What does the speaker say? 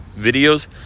videos